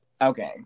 Okay